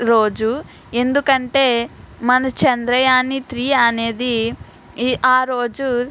రోజు ఎందుకంటే మన చంద్రయాన్ త్రీ అనేది ఈ ఆ రోజు